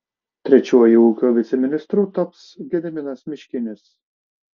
trečiuoju ūkio viceministru taps gediminas miškinis